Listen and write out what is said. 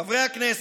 חברי הכנסת,